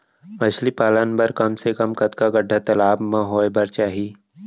मछली पालन बर कम से कम कतका गड्डा तालाब म होये बर चाही?